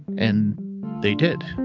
and they did.